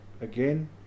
again